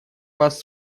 вас